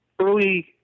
early